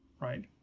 right